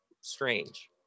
strange